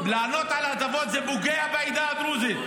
לענות על הטבות זה פוגע בעדה הדרוזית.